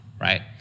right